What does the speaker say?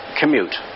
commute